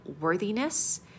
worthiness